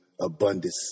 abundance